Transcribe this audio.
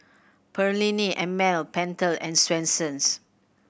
Perllini and Mel Pentel and Swensens